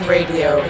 Radio